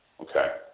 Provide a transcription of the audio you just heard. Okay